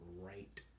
Right